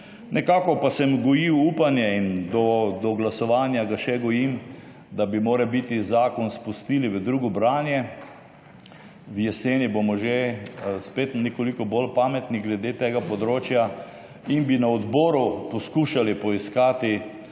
Nekako sem gojil upanje in ga do glasovanja še gojim, da bi morebiti zakon spustili v drugo branje. V jeseni bomo že spet nekoliko bolj pametni glede tega področja in bi na odboru poskušali poiskati